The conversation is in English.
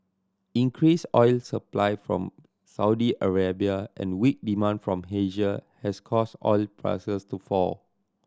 increased oil supply from Saudi Arabia and weak demand from Asia has caused oil prices to fall